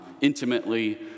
intimately